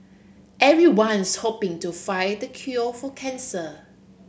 everyone's hoping to find cure for cancer